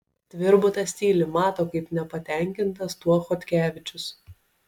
tvirbutas tyli mato kaip nepatenkintas tuo chodkevičius